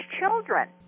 children